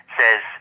says